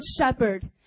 shepherd